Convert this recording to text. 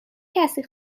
کسی